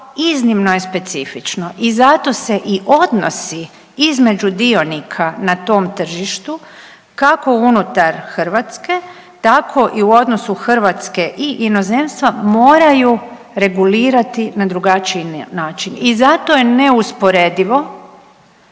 iznimno je specifično i zato se i odnosi između dionika na tom tržištu kako unutar Hrvatske, tako i u odnosu Hrvatske i inozemstva moraju regulirati na drugačiji način. I zato je neusporedivo